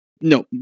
no